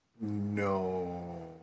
No